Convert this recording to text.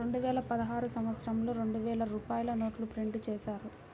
రెండువేల పదహారు సంవత్సరంలో రెండు వేల రూపాయల నోట్లు ప్రింటు చేశారు